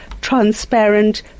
transparent